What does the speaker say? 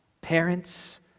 parents